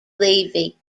levy